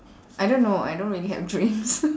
I don't know I don't really have dreams